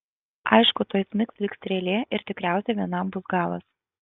aišku tuoj smigs lyg strėlė ir tikriausiai vienam bus galas